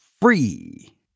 free